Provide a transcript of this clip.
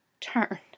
turn